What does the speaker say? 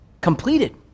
completed